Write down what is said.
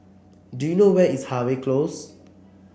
do you know where is Harvey Close